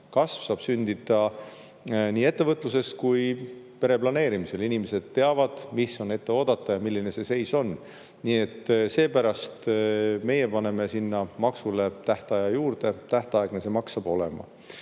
kasv saab sündida nii ettevõtluses kui ka pere planeerimisel – inimesed teavad, mida oodata ja kuidas seis on. Nii et seepärast meie paneme sinna maksule tähtaja juurde: tähtaegne see maks saab olema. Mis